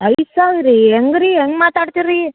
ಐದು ಸಾವಿರ ರೀ ಹೆಂಗೆ ರೀ ಹೆಂಗೆ ಮಾತಾಡ್ತಿರ್ರೀ